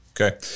Okay